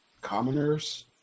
commoners